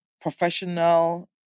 professional